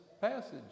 passage